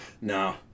No